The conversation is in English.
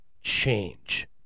change